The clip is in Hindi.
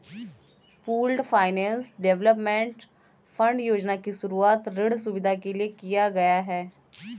पूल्ड फाइनेंस डेवलपमेंट फंड योजना की शुरूआत ऋण सुविधा के लिए किया गया है